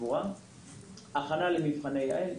הכנה למבחני יע"ל,